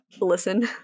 listen